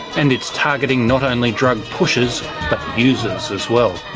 and it's targeting not only drug pushers but users as well.